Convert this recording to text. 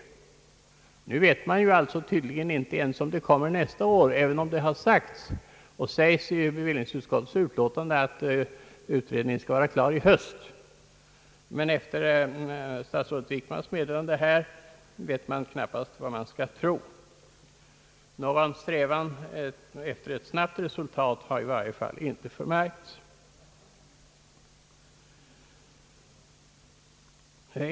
Nu vet man tydligen inte alls om förslaget kommer nästa år, även om det sägs i bevillningsutskottets betänkande att utredningen skall vara klar i höst. Efter statsrådet Wickmans meddelande här vet man knappast vad man skall tro. Någon strävan efter ett snabbt resultat har i varje fall inte förmärkts.